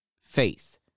faith